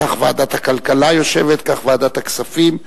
כך ועדת הכלכלה יושבת, כך ועדת הכספים,